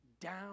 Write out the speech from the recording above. down